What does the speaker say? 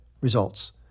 Results